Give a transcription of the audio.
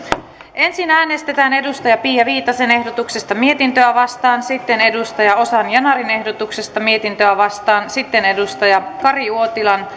ensin äänestetään pia viitasen ehdotuksesta mietintöä vastaan sitten ozan yanarin ehdotuksesta mietintöä vastaan sitten kari uotilan